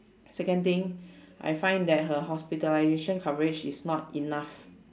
second thing I find that her hospitalization coverage is not enough